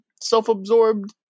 self-absorbed